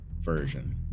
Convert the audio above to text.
version